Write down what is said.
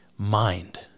Mind